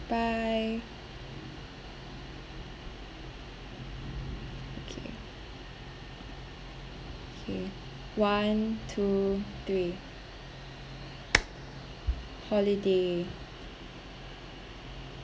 bye okay one two three holiday